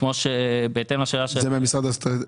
זה מהמשרד לנושאים אסטרטגיים?